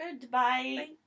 Goodbye